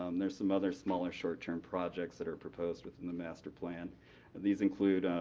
um there are some other smaller, short-term projects that are proposed within the master plan, and these include